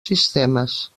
sistemes